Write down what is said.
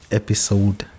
episode